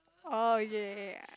oh ya ya